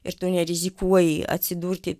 ir tu nerizikuoji atsidurti